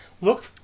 look